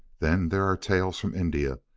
then there are tales from india,